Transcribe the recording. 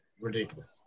ridiculous